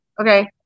Okay